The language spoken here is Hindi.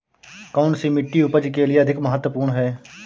कौन सी मिट्टी उपज के लिए अधिक महत्वपूर्ण है?